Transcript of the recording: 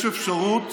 יש אפשרות